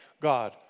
God